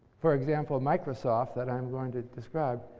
for example microsoft, that i'm going to describe,